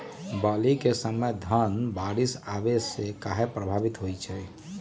बली क समय धन बारिस आने से कहे पभवित होई छई?